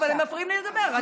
אבל הם מפריעים לי לדבר.